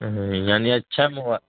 یعنی اچھا موبا